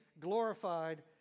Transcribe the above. glorified